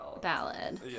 ballad